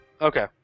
Okay